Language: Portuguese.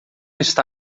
está